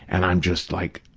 and i'm just like,